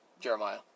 jeremiah